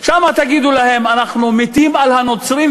שם תגידו להם: אנחנו מתים על הנוצרים,